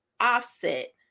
offset